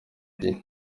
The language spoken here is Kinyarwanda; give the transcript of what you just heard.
dieu